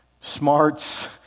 smarts